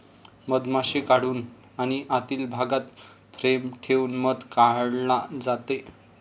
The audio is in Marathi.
मधमाशी काढून आणि आतील भागात फ्रेम ठेवून मध काढला जातो